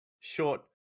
short